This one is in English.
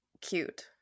cute